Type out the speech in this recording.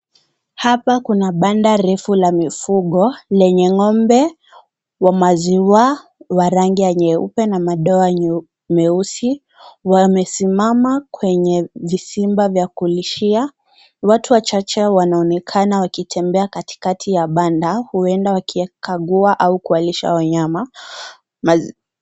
Hapa kuna banda refu la mfugo lenye ng'ombe wa maziwa wa rangi ya nyeupe na madoadoa nyeusi wamesimama kwenye visimba vya kulishia watu wachache wanaonekana wakitembea katikati la banda huenda kuwakagua au kuwalisha wanyama .